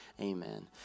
amen